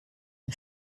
den